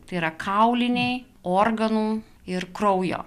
tai yra kauliniai organų ir kraujo